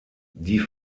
die